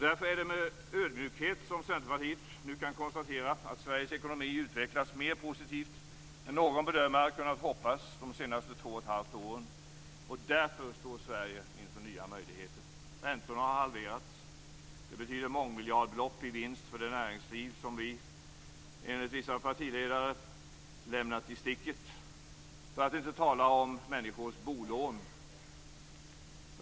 Därför är det med ödmjukhet som Centerpartiet nu kan konstatera att Sveriges ekonomi utvecklats mer positivt än någon bedömare kunnat hoppas, de senaste två och ett halvt åren. Därför står Sverige inför nya möjligheter. Räntorna har halverats - det betyder mångmiljardbelopp i vinst för det näringsliv som vi enligt vissa partiledare lämnat i sticket - för att inte tala om människors bolån.